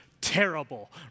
terrible